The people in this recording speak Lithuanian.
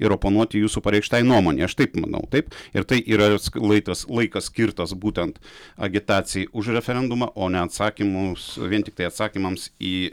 ir oponuoti jūsų pareikštai nuomonei aš taip manau taip ir tai yra laitas laikas skirtas būtent agitacijai už referendumą o ne atsakymus vien tiktai atsakymams į